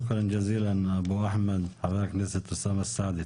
תודה רבה, אבו אחמד, חבר הכנסת אוסאמה סעדי.